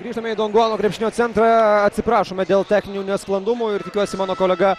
grįžtame į donguano krepšinio centrą atsiprašome dėl techninių nesklandumų ir tikiuosi mano kolega